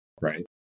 right